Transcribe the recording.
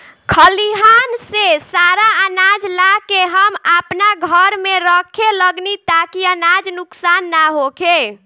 खलिहान से सारा आनाज ला के हम आपना घर में रखे लगनी ताकि अनाज नुक्सान ना होखे